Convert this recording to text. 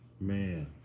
Man